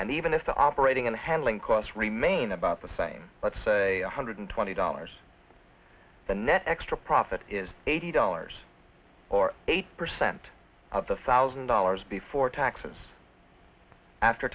and even if the operating in the handling course remain about the same let's say one hundred twenty dollars the net extra profit is eighty dollars or eight cent of the thousand dollars before taxes after